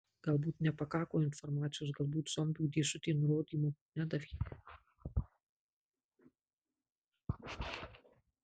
galbūt nepakako informacijos galbūt zombių dėžutė nurodymo nedavė